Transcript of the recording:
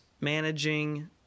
managing